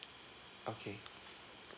okay